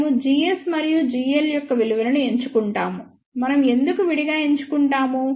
మేము gs మరియు gl యొక్క విలువను ఎన్నుకుంటాము మనం ఎందుకు విడిగా ఎంచుకుంటాము